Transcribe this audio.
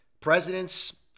presidents